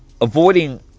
avoiding